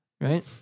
Right